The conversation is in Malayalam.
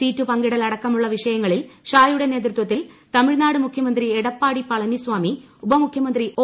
സീറ്റ് പങ്കിടൽ അടക്കമുള്ള വിഷയങ്ങളിൽ ഷായുടെ നേതൃത്വത്തിൽ തമിഴ്നാട് മുഖ്യമന്ത്രി എടപ്പാടി പളനിസ്വാമി ഉപമുഖ്യമന്ത്രി ഒ